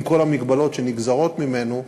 עם כל המגבלות שנגזרות ממנו,